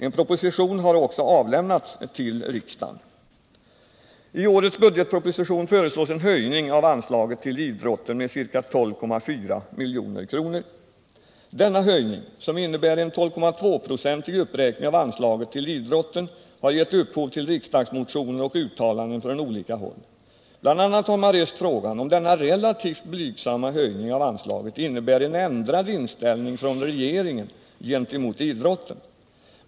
En proposition har också avlämnats till riksdagen. I årets budgetproposition föreslås en höjning av anslaget till idrotten med ca 12,4 milj.kr. Denna höjning, som innebär en uppräkning av anslaget till idrotten med 12,2 96, har gett upphov till riksdagsmotioner och uttalanden från olika håll. Bl. a. har man rest frågan om denna relativt blygsamma höjning av anslaget innebär en ändrad inställning från regeringen gentemot idrotten.